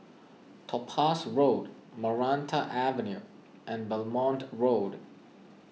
Topaz Road Maranta Avenue and Belmont Road